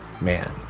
Man